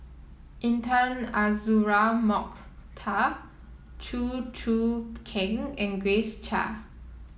Intan Azura Mokhtar Chew Choo Keng and Grace Chia